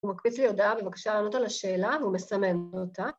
הוא מקפיץ לי הודעה בבקשה לענות על השאלה והוא מסמן לי אותה.